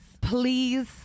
please